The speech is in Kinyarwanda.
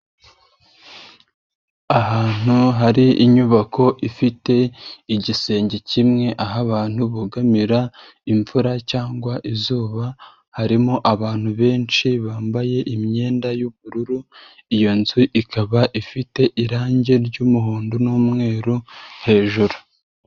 Ahantu hari inyubako ifite igisenge kimwe aho abantu bugamira imvura cyangwa izuba, harimo abantu benshi bambaye imyenda y'ubururu, iyo nzu ikaba ifite irange ry'umuhondo n'umweru hejuru.